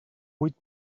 huit